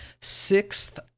sixth